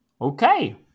Okay